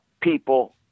people